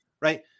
right